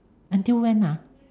until when ah